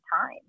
time